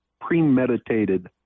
premeditated